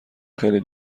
خیلی